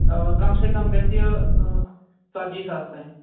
کَم سے کَم گژھِ یہِ ژَتجی ساس تام